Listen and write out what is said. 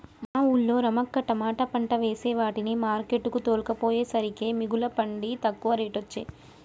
మా వూళ్ళో రమక్క తమాట పంట వేసే వాటిని మార్కెట్ కు తోల్కపోయేసరికే మిగుల పండి తక్కువ రేటొచ్చె